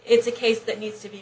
it's a case that needs to be